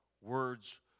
words